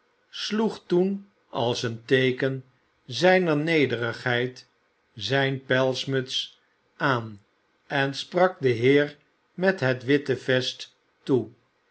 sloeg toen als een teeken zijner nederigheid zijn pelsmuts aan en sprak den heer met het witte vest tos